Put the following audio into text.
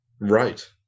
Right